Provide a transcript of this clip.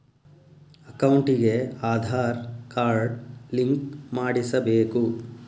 ಅಕೌಂಟಿಗೆ Aadhaar card link ಮಾಡಿಸಬೇಕು?